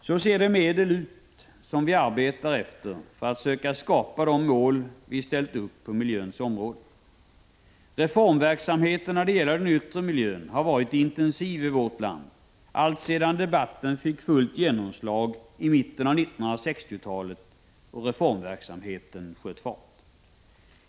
Så ser de medel ut som vi arbetar med för att söka uppnå de mål vi ställt upp på miljöns område. Reformverksamheten när det gäller den yttre miljön har varit intensiv i vårt land, alltsedan debatten fick fullt genomslag i mitten av 1960-talet och reformverksamheten sköt fart.